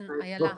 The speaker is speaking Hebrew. כן, איילה.